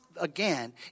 again